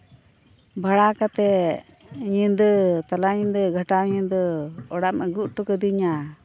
ᱵᱷᱟᱲᱟ ᱠᱟᱛᱮ ᱧᱤᱫᱟᱹ ᱛᱟᱞᱟ ᱧᱤᱫᱟᱹ ᱜᱷᱟᱴᱟ ᱧᱤᱫᱟᱹ ᱚᱲᱟᱜ ᱮᱢ ᱟᱜᱩ ᱚᱴᱚ ᱠᱟᱹᱫᱤᱧᱟ